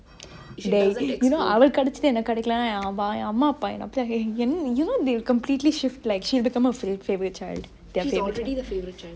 dey you know அவலுக்கு கெடச்சுது எனக்கு கெடைக்குலனா என் அம்மா அப்பா என்ன:aveluku kedaichutu enaku kedaikulenaa yen amma appa enne you know they completely shift like she became the favourite child